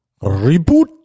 Reboot